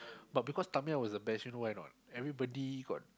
but because Tamiya was the best you know why or not everybody got